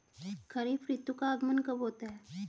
खरीफ ऋतु का आगमन कब होता है?